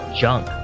junk